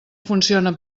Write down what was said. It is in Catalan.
funciona